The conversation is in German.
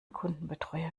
kundenbetreuer